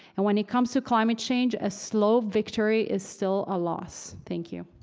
and when it comes to climate change, a slow victory is still a loss. thank you.